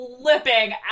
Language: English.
flipping